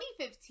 2015